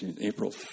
April